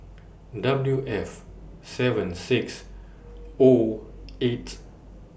W F seven six O eight